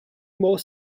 more